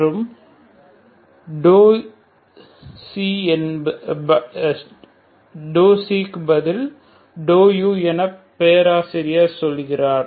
மற்றும் dou xi பதில் dou u என பேராசிரியர் சொல்கிறார்